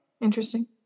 Interesting